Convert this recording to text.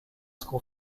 school